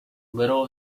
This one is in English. little